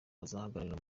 bazagaragara